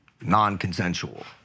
non-consensual